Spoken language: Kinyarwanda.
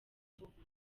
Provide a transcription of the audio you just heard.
gihugu